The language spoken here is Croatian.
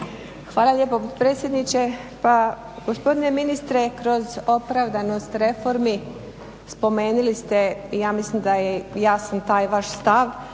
Hvala lijepo predsjedniče. Pa gospodine ministre, kroz opravdanost reformi spomenuli ste i ja mislim da je jasan taj vaš stav,